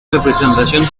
representación